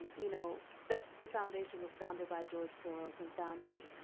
you know, that the foundation was founded by george soros and founded,